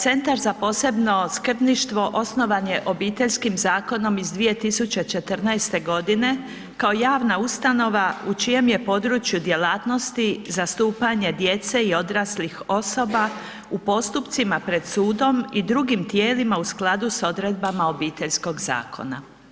Centar za posebno skrbništvo osnovan je Obiteljskim zakonom iz 2014. godine kao javna ustanova u čijem je području djelatnosti zastupanje djece i odraslih osoba u postupcima pred sudom i drugim tijelima u skladu s odredbama Obiteljskog zakona.